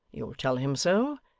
you'll tell him so,